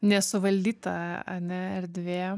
nesuvaldyta ane erdvė